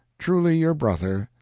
truly your brother,